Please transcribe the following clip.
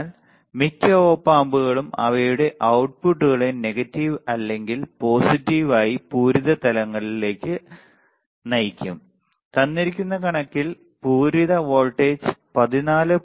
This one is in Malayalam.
എന്നാൽ മിക്ക ഒപ് ആമ്പുകളും അവയുടെ output കളെ നെഗറ്റീവ് അല്ലെങ്കിൽ പോസിറ്റീവ് ആയി പൂരിത തലത്തിലേക്ക് നയിക്കും തന്നിരിക്കുന്ന കണക്കിൽ പൂരിത വോൾട്ടേജ് 14